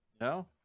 No